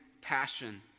passion